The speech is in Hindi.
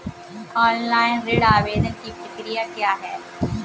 ऑनलाइन ऋण आवेदन की प्रक्रिया क्या है?